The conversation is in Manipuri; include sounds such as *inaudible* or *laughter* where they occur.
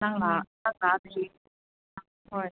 ꯅꯪꯅ *unintelligible* ꯍꯣꯏ